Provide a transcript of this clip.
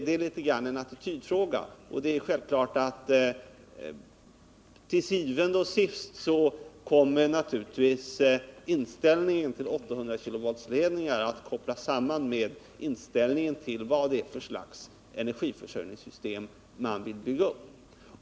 Det är litet grand en attitydfråga, och det är självklart att til syvende og sidst kommer naturligtvis inställningen till 800-kV-ledningar att kopplas samman med inställningen till vad för slags energiförsörjningssystem man vill bygga upp.